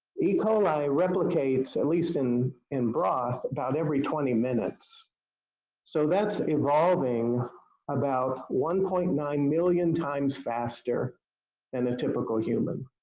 e. coli replicates, at least in in broth, about every twenty minutes so that's evolving about one point nine million times faster than and a typical human.